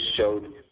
showed